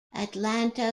atlanta